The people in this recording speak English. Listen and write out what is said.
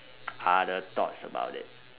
other thoughts about it